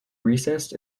recessed